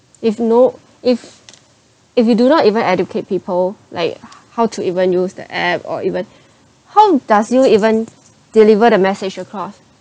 if no if if you do not even educate people like how to even use the app or even how does you even deliver the message across